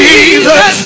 Jesus